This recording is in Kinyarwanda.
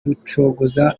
rucogoza